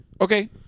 Okay